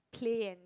play and